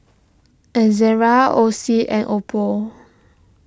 Ezerra Oxy and Oppo